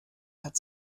hat